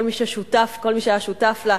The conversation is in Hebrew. כל מי שהיה שותף לה,